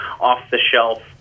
off-the-shelf